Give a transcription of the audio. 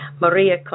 Maria